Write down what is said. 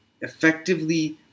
effectively